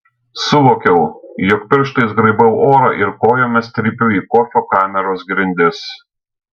suvokiau jog pirštais graibau orą ir kojomis trypiu į kofio kameros grindis